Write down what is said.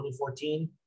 2014